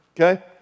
okay